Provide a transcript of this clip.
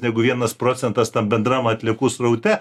negu vienas procentas tam bendram atliekų sraute